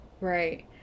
right